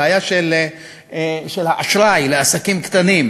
היא בעיה של האשראי לעסקים קטנים.